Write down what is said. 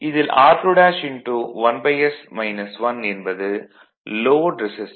இதில் r21s 1 என்பது load resistance